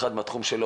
ההסכם.